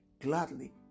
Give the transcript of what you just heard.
gladly